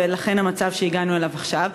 ולכן זה המצב שהגענו אליו עכשיו.